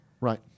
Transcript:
Right